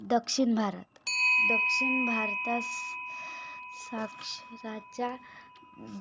दक्षिण भारत दक्षिण भारतास साक्षराच्या